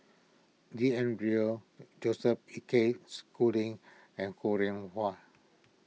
B N Rao Joseph A K Schooling and Ho Rih Hwa